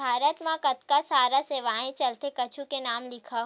भारत मा कतका सारा सेवाएं चलथे कुछु के नाम लिखव?